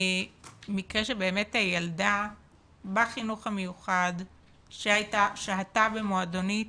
מקרה שבאמת ילדה בחינוך המיוחד ששהתה במועדונית